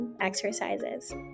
exercises